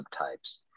subtypes